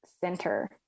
center